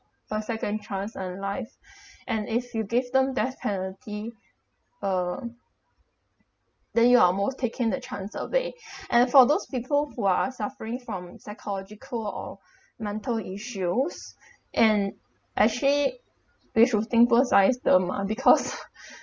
a second chance in life and if you give them death penalty uh then you are most taking that chance of they and for those people who are are suffering from psychological or mental issues and actually they should sympathise them ah because